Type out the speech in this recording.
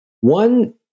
One